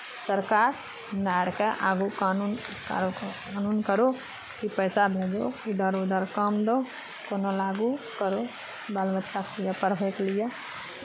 सरकार हमरा आरकेँ आगू कानून कानून करहु कि पैसा भेजहु इधर उधर काम दहो कोनो लागू करहु बाल बच्चाके लिए पढ़बयके लिए